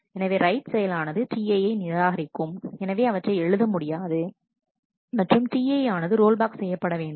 எனவே ரைட் செயலானது Ti யை நிராகரிக்கும் எனவே அவற்றை எழுத முடியாது மற்றும் Ti ஆனது ரோல் பேக் செய்யப்படவேண்டும்